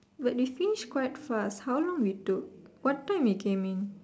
wait we finish quite fast how long we took what time we came in